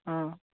ஆ